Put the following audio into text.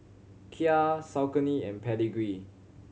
Kia Saucony and Pedigree